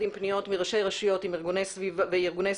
עם פניות מראשי רשויות ומארגוני סביבה.